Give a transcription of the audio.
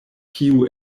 kiu